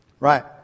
right